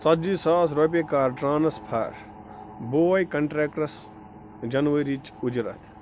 ژَتجی ساس رۄپیہِ کَر ٹرٛانسفَر بوے کَنٹرٛٮ۪کٹَرَس جنؤریِچ اُجرت